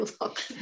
look